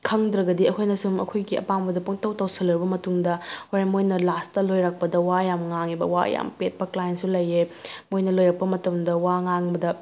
ꯈꯪꯗ꯭ꯔꯒꯗꯤ ꯑꯩꯈꯣꯏꯅ ꯁꯨꯝ ꯑꯩꯈꯣꯏꯒꯤ ꯑꯄꯥꯝꯕꯗꯣ ꯄꯪꯇꯧ ꯇꯧꯁꯟꯂꯨꯔꯕ ꯃꯇꯨꯡꯗ ꯍꯣꯔꯦꯟ ꯃꯣꯏꯅ ꯂꯥꯁꯇ ꯂꯣꯏꯔꯛꯄꯗ ꯋꯥ ꯌꯥꯝ ꯉꯥꯡꯉꯦꯕ ꯋꯥ ꯌꯥꯝ ꯄꯦꯠꯄ ꯀ꯭ꯂꯥꯏꯟꯁꯨ ꯂꯩꯑꯦ ꯃꯣꯏꯅ ꯂꯣꯏꯔꯛꯄ ꯃꯇꯝꯗ ꯋꯥ ꯉꯥꯡꯕꯗ